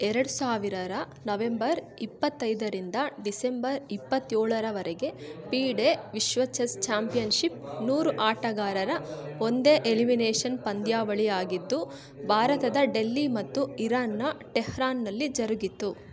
ಎರಡು ಸಾವಿರದ ನವೆಂಬರ್ ಇಪ್ಪತ್ತೈದರಿಂದ ಡಿಸೆಂಬರ್ ಇಪ್ಪತ್ತೇಳರವರೆಗೆ ಪೀಡೆ ವಿಶ್ವ ಚೆಸ್ ಚಾಂಪಿಯನ್ಶಿಪ್ ನೂರು ಆಟಗಾರರ ಒಂದೇ ಎಲಿಮಿನೇಷನ್ ಪಂದ್ಯಾವಳಿ ಆಗಿದ್ದು ಭಾರತದ ಡೆಲ್ಲಿ ಮತ್ತು ಇರಾನ್ನ ಟೆಹ್ರಾನ್ನಲ್ಲಿ ಜರುಗಿತು